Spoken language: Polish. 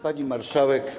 Pani Marszałek!